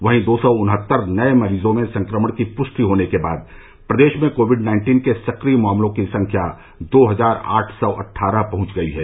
वहीं दो सौ उनहत्तर नए मरीजों में संक्रमण की पुष्टि होने के बाद प्रदेश में कोविड नाइन्टीन के सक्रिय मामलों की संख्या दो हजार आठ सौ अट्ठारह पहुंच गई है